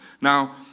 Now